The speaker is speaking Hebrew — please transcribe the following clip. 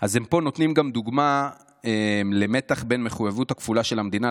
אז הם פה נותנים גם דוגמה למתח בין המחויבות הכפולה של המדינה,